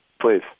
Please